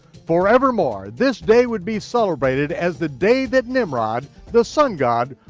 forevermore this day would be celebrated as the day that nimrod, the sun-god,